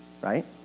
right